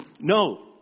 No